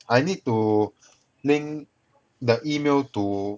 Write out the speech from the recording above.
I need to link the email to